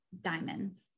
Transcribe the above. diamonds